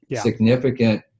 Significant